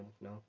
No